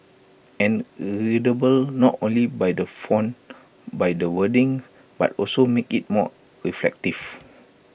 and readable not only by the font by the wordings but also make IT more reflective